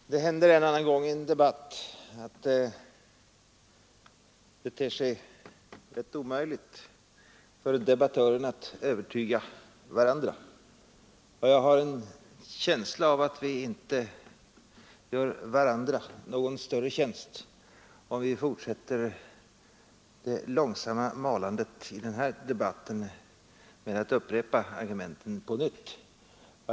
Herr talman! Det händer en och annan gång i en debatt att det ter sig rätt omöjligt för debattörerna att kunna övertyga varandra. Jag har nu en känsla av att vi inte gör varandra någon större tjänst, om vi fortsätter det långsamma malandet i den här debatten med att upprepa argumenten.